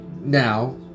now